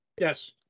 Yes